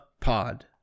pod